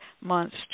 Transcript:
months